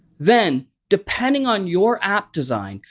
then, depending on your app design,